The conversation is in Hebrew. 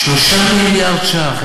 3 מיליארד שקל.